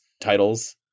titles